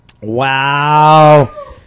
wow